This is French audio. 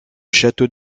château